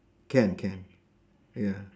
can can ya